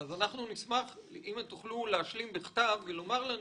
אנחנו נשמח אם תוכלו לומר לנו